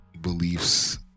beliefs